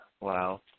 Wow